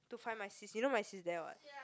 to find my sis you know my sis there what